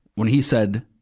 when he said,